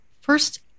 first